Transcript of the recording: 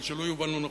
אבל שלא יובן לא נכון,